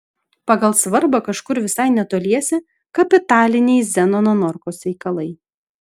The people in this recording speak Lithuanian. pagal svarbą kažkur visai netoliese kapitaliniai zenono norkaus veikalai